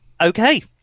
Okay